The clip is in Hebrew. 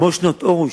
השתנה שנות דור.